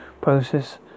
process